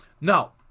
Now